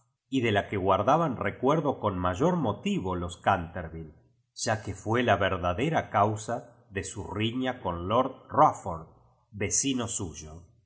y de la que guardaban recuerdo con mayor mo tivo los canter vi lie va que fué la verdadera causa de su riña con lord eufford vecino suyo